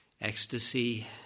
ecstasy